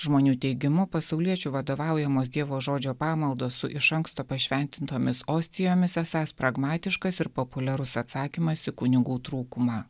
žmonių teigimu pasauliečių vadovaujamos dievo žodžio pamaldos su iš anksto pašventintomis ostijomis esąs pragmatiškas ir populiarus atsakymas į kunigų trūkumą